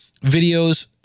videos